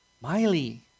Miley